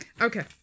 Okay